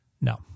No